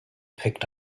picked